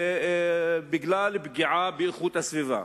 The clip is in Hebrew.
בגלל פגיעה באיכות הסביבה,